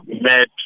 met